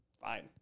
fine